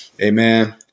Amen